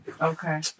Okay